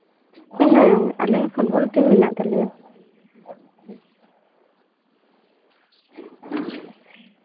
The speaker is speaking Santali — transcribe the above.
ᱦᱮᱸ ᱟᱞᱮᱭᱟᱜ ᱯᱷᱩᱴᱵᱚᱞ ᱴᱤᱢ ᱢᱮᱱᱟᱜ ᱛᱟᱞᱮᱭᱟ